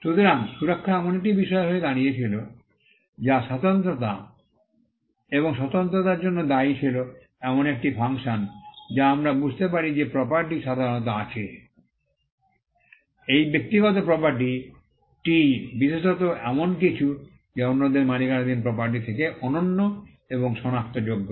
সুতরাং সুরক্ষা এমন একটি বিষয় হয়ে দাঁড়িয়েছিল যা স্বতন্ত্রতা এবং স্বতন্ত্রতার জন্য দায়ী ছিল এমন একটি ফাংশন যা আমরা বুঝতে পারি যে প্রপার্টি সাধারণত আছে এই ব্যক্তিগত প্রপার্টি টি বিশেষত এমন কিছু যা অন্যদের মালিকানাধীন প্রপার্টি থেকে অনন্য এবং শনাক্তযোগ্য